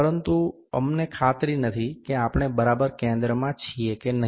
પરંતુ અમને ખાતરી નથી કે આપણે બરાબર કેન્દ્રમાં છીએ કે નહીં